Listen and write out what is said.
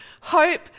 hope